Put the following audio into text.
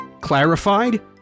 clarified